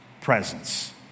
presence